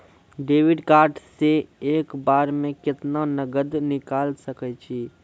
Debit card से एक बार मे केतना नगद निकाल सके छी?